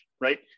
right